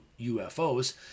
UFOs